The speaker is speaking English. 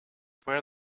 where